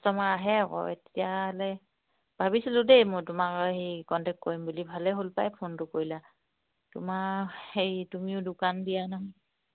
customer আহে আকৌ এতিয়াহ'লে ভাবিছিলোঁ দেই মই তোমাক হেৰি কণ্টেক্ট কৰিম বুলি ভালেই হ'ল পাই ফোনটো কৰিলা তোমাৰ হেৰি তুমিও দোকান দিয়া নহয়